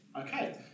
Okay